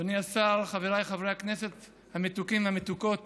אדוני השר, חבריי חברי הכנסת המתוקים והמתוקות